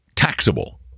Taxable